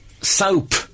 soap